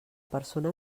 persona